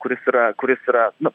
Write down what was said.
kuris yra kuris yra nu